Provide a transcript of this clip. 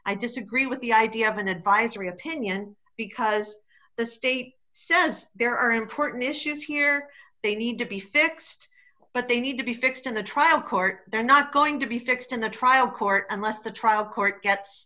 i disagree with the idea of an advisory opinion because the state says there are important issues here they need to be fixed but they need to be fixed in the trial court they're not going to be fixed in the trial court unless the trial court gets